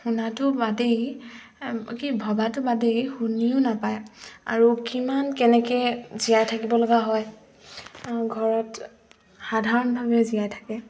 শুনাটো বাদেই কি ভবাটো বাদেই শুনিও নাপায় আৰু কিমান কেনেকৈ জীয়াই থাকিব লগা হয় ঘৰত সাধাৰণভাৱে জীয়াই থাকে